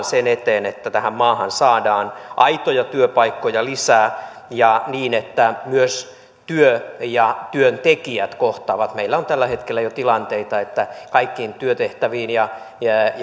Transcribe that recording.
sen eteen että tähän maahan saadaan aitoja työpaikkoja lisää ja niin että myös työ ja työntekijät kohtaavat meillä on tällä hetkellä jo tilanteita että kaikkiin työtehtäviin ja